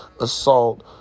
assault